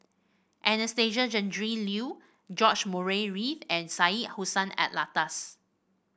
Anastasia Tjendri Liew George Murray Reith and Syed Hussein Alatas